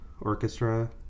orchestra